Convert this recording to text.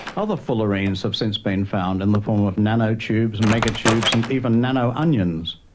other fullerenes have since been found, in the form of nanotubes, megatubes, and even nano-onions.